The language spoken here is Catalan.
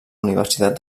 universitat